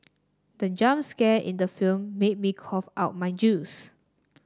the jump scare in the film made me cough out my juice